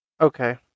Okay